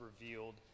revealed